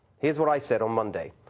here's what i set on monday.